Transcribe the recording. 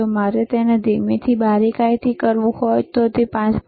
જો મારે તેને ધીમેથી બારીકાઈથી કરવું હોય તો 5